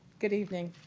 good evening.